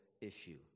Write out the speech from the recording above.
issue